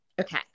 Okay